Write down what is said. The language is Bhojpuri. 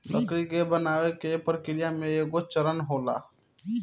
लकड़ी के बनावे के प्रक्रिया में एगो चरण होला